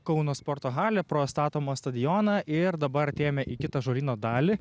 kauno sporto halę pro statomą stadioną ir dabar atėjome į kitą ąžuolyno dalį